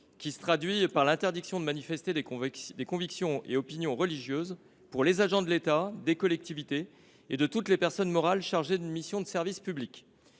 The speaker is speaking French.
qui se traduit par l’interdiction de manifester des convictions et opinions religieuses pour les agents de l’État, des collectivités et de toutes les personnes morales chargées d’une mission de service public.